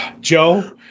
Joe